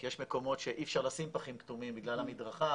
כי יש מקומות שאי אפשר לשים פחים כתומים בגלל המדרכה,